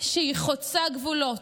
שהיא חוצה גבולות: